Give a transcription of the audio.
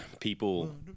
people